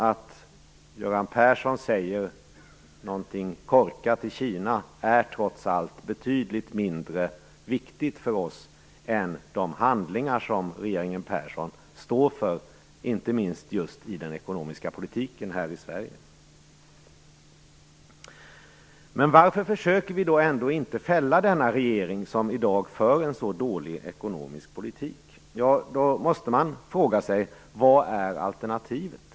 Att Göran Persson säger någonting korkat i Kina är trots allt betydligt mindre viktigt för oss än de handlingar som regeringen Persson står för, inte minst just i den ekonomiska politiken här i Sverige. Varför försöker vi då ändå inte fälla denna regering, som i dag för en så dålig ekonomisk politik? Ja, då måste man fråga sig: Vad är alternativet?